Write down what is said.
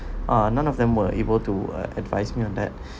uh none of them were able to uh advise me on that